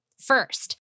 First